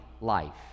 life